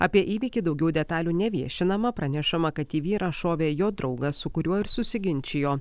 apie įvykį daugiau detalių neviešinama pranešama kad į vyrą šovė jo draugas su kuriuo ir susiginčijo